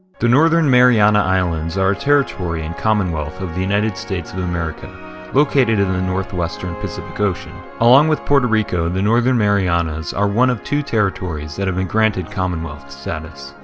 the northern mariana islands are a territory and commonwealth of the united states of america located in the northwestern pacific ocean. along with puerto rico, the northern marianas are one of two territories that have been granted commonwealth status.